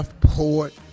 port